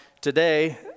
today